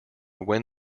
when